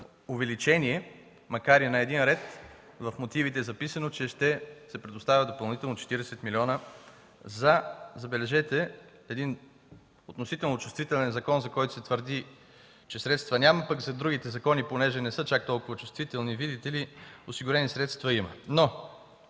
увеличение, макар и на един ред в мотивите записано, че ще се предоставят допълнително 40 милиона за – забележете – един относително чувствителен закон, за който се твърди, че средства няма, а за другите закони, понеже не са чак толкова чувствителни, видите ли, осигурени средства има. Но